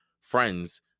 friends